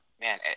man